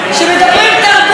אבל היא רק לתל אביב,